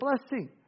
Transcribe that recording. blessing